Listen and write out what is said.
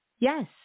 Yes